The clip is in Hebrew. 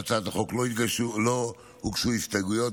להצעת החוק לא הוגשו הסתייגויות,